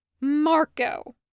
Marco